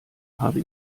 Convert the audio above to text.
habe